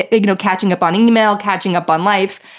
ah you know catching up on emails, catching up on life.